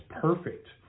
perfect